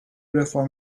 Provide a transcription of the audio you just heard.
reform